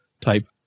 type